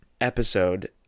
Episode